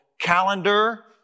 calendar